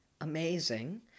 amazing